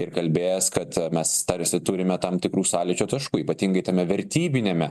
ir kalbėjęs kad mes tarsi turime tam tikrų sąlyčio taškų ypatingai tame vertybiniame